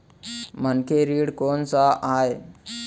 मनखे ऋण कोन स आय?